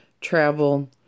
travel